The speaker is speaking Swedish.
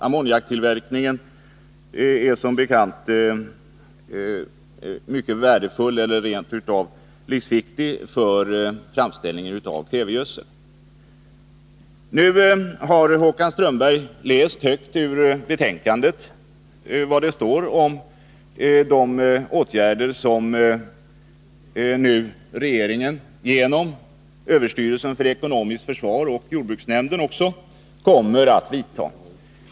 Ammoniak är som bekant en nödvändig ingrediens vid framställningen av kvävegödsel. Nu har Håkan Strömberg läst högt ur betänkandet om de åtgärder som regeringen genom överstyrelsen för ekonomiskt försvar och jordbruksnämnden också kommer att vidta.